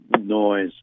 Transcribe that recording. noise